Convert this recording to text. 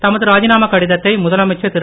தமது ராஜினாமா கடிதத்தை முதலமைச்சர் திரு